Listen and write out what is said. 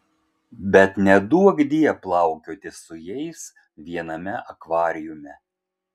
bet neduokdie plaukioti su jais viename akvariume